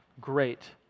great